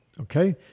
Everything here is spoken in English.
Okay